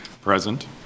present